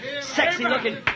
sexy-looking